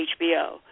HBO